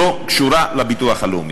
שלא קשורה לביטוח הלאומי.